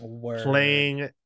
playing